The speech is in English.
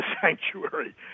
sanctuary